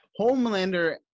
Homelander